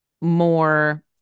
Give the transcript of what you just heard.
more